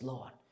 Lord